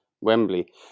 Wembley